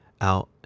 out